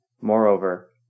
Moreover